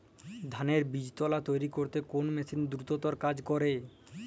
ধানের বীজতলা তৈরি করতে কোন মেশিন দ্রুততর কাজ করে?